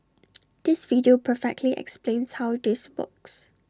this video perfectly explains how this works